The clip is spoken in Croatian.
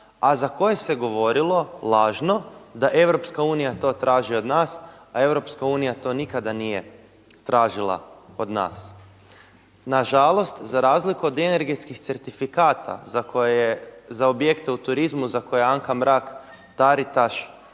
a za koje se govorilo lažno da Europska unija to traži od nas, a Europska unija to nikada nije tražila od nas. Na žalost za razliku od energetskih certifikata za koje je za objekte u turizmu, za koje je Anka Mrak Taritaš